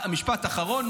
משפט אחרון.